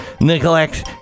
neglect